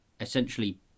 essentially